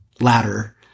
ladder